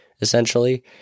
essentially